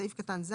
זה מחוק אצלנו.